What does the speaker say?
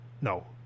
no